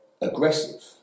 aggressive